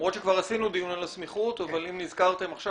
למרות שכבר עשינו דיון על הסמיכות אבל אם נזכרתם עכשיו,